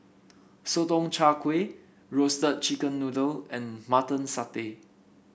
Sotong Char Kway Roasted Chicken Noodle and Mutton Satay